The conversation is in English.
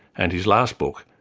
and his last book,